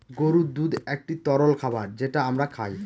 গরুর দুধ একটি তরল খাবার যেটা আমরা খায়